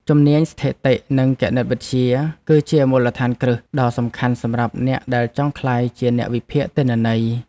ជំនាញស្ថិតិនិងគណិតវិទ្យា គឺជាមូលដ្ឋានគ្រឹះដ៏សំខាន់សម្រាប់អ្នកដែលចង់ក្លាយជាអ្នកវិភាគទិន្នន័យ។